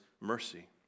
mercy